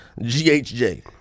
GHJ